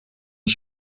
een